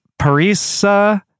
Parisa